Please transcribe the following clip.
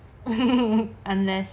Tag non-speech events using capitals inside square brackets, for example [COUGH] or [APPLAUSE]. [LAUGHS] unless